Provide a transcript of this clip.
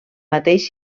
mateix